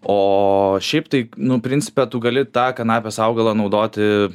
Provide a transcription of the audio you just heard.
o šiaip tai nu principe tu gali tą kanapės augalą naudoti